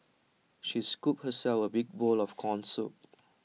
she scooped herself A big bowl of Corn Soup